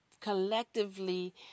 collectively